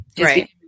right